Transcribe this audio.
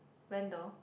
vendor